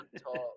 talk